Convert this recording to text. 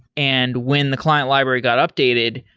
and when the client library got updated,